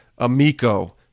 Amico